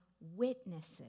witnesses